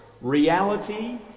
reality